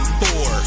four